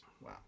Wow